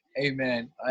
Amen